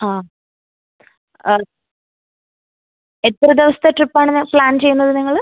ആ ആ എത്ര ദിവസത്തെ ട്രിപ്പാണ് മാം പ്ലാൻ ചെയ്യുന്നത് നിങ്ങൾ